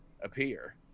appear